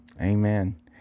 Amen